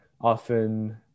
often